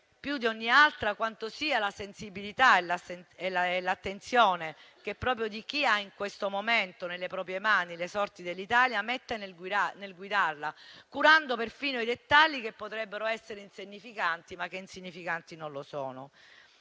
più di ogni altra, quanto siano la sensibilità e l'attenzione che chi ha in questo momento nelle proprie mani le sorti dell'Italia mette nel guidarla, curando perfino dettagli che potrebbero essere insignificanti, ma che insignificanti non sono.